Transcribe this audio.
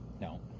No